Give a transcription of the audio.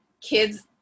kids